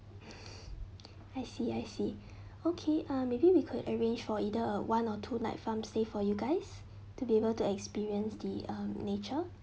I see I see okay um maybe we could arrange for either uh one or two night farm stay for you guys to be able to experience the um nature